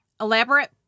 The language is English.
Elaborate